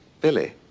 Billy